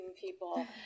people